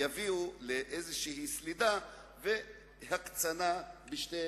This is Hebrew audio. יביאו לאיזושהי סלידה ולהקצנה בין שתי